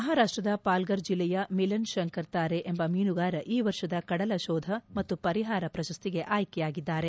ಮಹಾರಾಷ್ಟದ ಪಾಲ್ಗರ್ ಜಿಲ್ಲೆಯ ಮಿಲನ್ ಶಂಕರ್ ತಾರೆ ಎಂಬ ಮೀನುಗಾರ ಈ ವರ್ಷದ ಕಡಲ ಶೋಧ ಮತ್ತು ಪರಿಹಾರ ಪ್ರಶಸ್ತಿಗೆ ಆಯ್ಕೆಯಾಗಿದ್ದಾರೆ